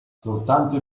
soltanto